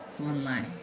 online